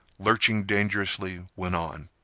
lurching dangerously, went on.